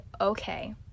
okay